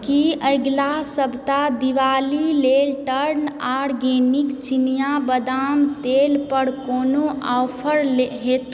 की अगिला सप्ताह दिवाली लेल टर्न आर्गेनिक चिनिया बादाम तेल पर कोनो ऑफर ले हेतु